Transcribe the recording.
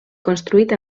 construït